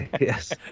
Yes